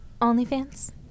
OnlyFans